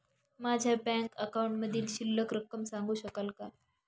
माझ्या बँक अकाउंटमधील शिल्लक रक्कम सांगू शकाल का?